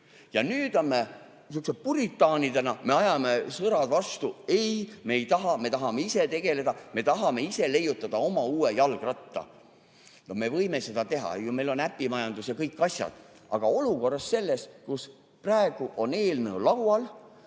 aga nüüd sihukeste puritaanidena me ajame sõrad vastu: ei, me ei taha, me tahame ise tegeleda, me tahame ise leiutada oma uue jalgratta. Me võime ju seda teha, meil on äpimajandus ja kõik asjad, aga olukorras, kus praegu on eelnõu laual,